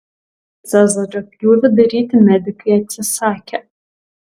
cezario pjūvį daryti medikai atsisakė